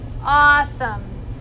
Awesome